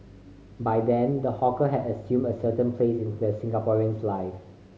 by then the hawker had assumed a certain place in the Singaporean's life